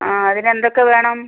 ആ അതിനെന്തൊക്കെ വേണം